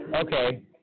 Okay